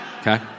Okay